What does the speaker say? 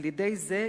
על-ידי זה,